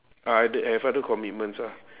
I oth~ have other commitments ah